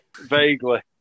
vaguely